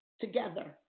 together